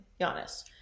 Giannis